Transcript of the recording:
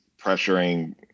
pressuring